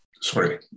sorry